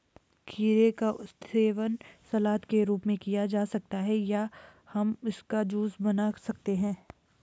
खीरे का सेवन सलाद के रूप में किया जा सकता है या हम इसका जूस बना सकते हैं